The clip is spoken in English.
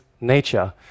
nature